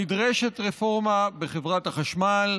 נדרשת רפורמה בחברת החשמל,